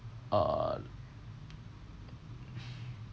uh